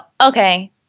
okay